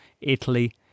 Italy